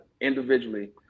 individually